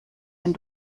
wenn